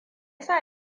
sa